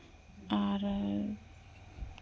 ᱟᱨ